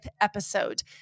episode